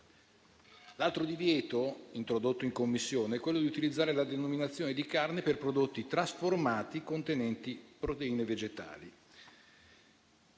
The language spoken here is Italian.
stato poi introdotto il divieto di utilizzare la denominazione di carne per prodotti trasformati contenenti proteine vegetali,